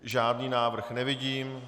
Žádný návrh nevidím.